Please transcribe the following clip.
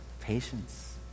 patience